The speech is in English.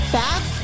back